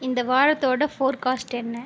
இந்த வாரத்தோட ஃபோர்காஸ்ட் என்ன